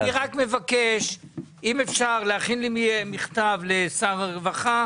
אני אפנה לשר הרווחה